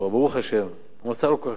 ברוך השם, המצב לא כל כך גרוע.